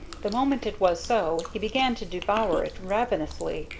the moment it was so he began to devour it ravenously,